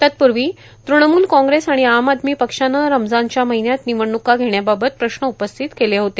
तत्पूर्वी त्रणमूल कांग्रेस आणि आम आदमी पक्षानं रमजानच्या महिन्यात निवडण्का घेण्याबाबत प्रश्न उपस्थित केले होते